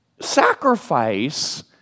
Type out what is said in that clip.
sacrifice